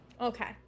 Okay